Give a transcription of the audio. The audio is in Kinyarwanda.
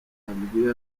yambwiye